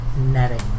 netting